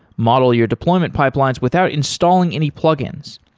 model your deployment pipelines without installing any plugins.